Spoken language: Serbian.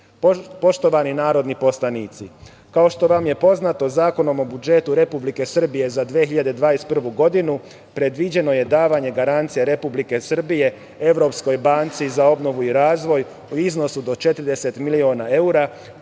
energije. Poštovani narodni poslanici, kao što vam je poznato, Zakonom o budžetu Republike Srbije za 2021. godinu, predviđeno je davanje garancije Republike Srbije, Evropskoj banci za obnovu i razvoj, u iznosu do 40 miliona evra,